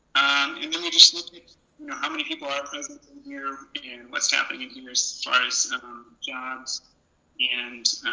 and then we just looked at you know how many people are present in here and what's happening in here as far as jobs and